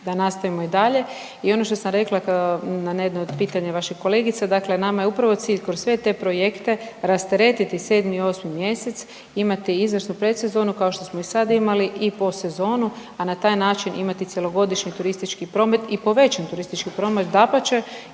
da nastavimo i dalje. I ono što sam rekla na jedno od pitanja vaših kolegica, dakle nama je upravo cilj kroz sve te projekte rasteretiti 7. i 8. mjesec, imati izvrsnu predsezonu kao što smo i sad imali i postsezonu, a na taj način imati cjelogodišnji turistički promet i povećan turistički promet. Dapače,